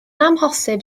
amhosib